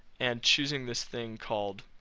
and choosing this thing called